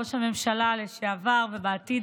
ראש הממשלה לשעבר ובעתיד,